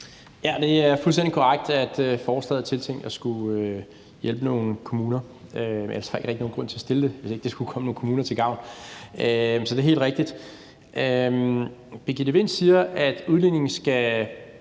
Ja, det er fuldstændig korrekt, at forslaget er tiltænkt at skulle hjælpe nogle kommuner. Ellers er der ikke rigtig nogen grund til at fremsætte det, hvis ikke det skulle komme nogle kommuner til gavn. Så det er helt rigtigt. Birgitte Vind siger, at udligningen skal